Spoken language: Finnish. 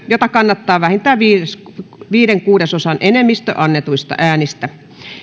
jota kannattaa vähintään viiden kuudesosan enemmistö annetuista äänistä